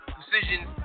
decisions